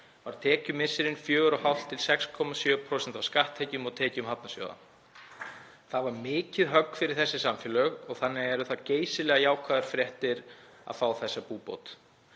var tekjumissirinn 4,5–6,7% af skatttekjum og tekjum hafnarsjóða. Það var mikið högg fyrir þessi samfélög og þannig eru það geysilega jákvæðar fréttir að fá þessa búbót.